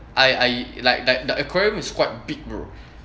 I I like like the aquarium is quite big bro